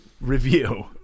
review